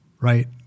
right